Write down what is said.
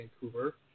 Vancouver